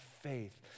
faith